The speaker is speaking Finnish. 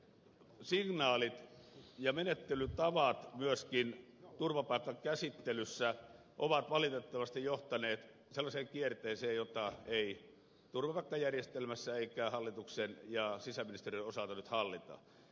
nyt hallituksen signaalit ja menettelytavat myöskin turvapaikkakäsittelyssä ovat valitettavasti johtaneet sellaiseen kierteeseen jota ei turvapaikkajärjestelmässä eikä hallituksen ja sisäministeriön osalta nyt hallita